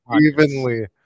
evenly